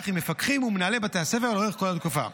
עם מפקחים ומנהלי בתי הספר לאורך כל התקופה.